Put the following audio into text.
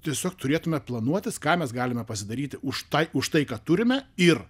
tiesiog turėtume planuotis ką mes galime pasidaryti už tai už tai ką turime ir